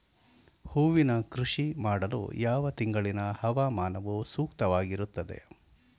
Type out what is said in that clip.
ಹೂವಿನ ಕೃಷಿ ಮಾಡಲು ಯಾವ ತಿಂಗಳಿನ ಹವಾಮಾನವು ಸೂಕ್ತವಾಗಿರುತ್ತದೆ?